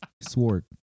SWORD